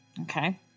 Okay